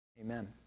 Amen